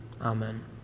Amen